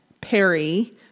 Perry